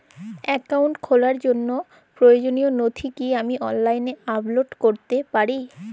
Account খোলার জন্য প্রয়োজনীয় নথি কি আমি অনলাইনে আপলোড করতে পারি?